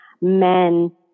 men